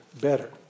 better